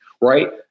right